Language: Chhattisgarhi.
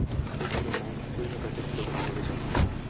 एक किलोग्राम कुकरी ह कतेक किलोग्राम म बेचाथे?